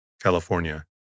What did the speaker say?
California